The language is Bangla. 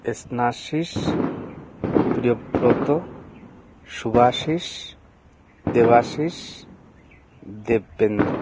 স্নেহাশিস প্রিয়ব্রত শুভাশিস দেবাশিস দিব্যেন্দু